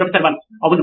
professor 1 అవును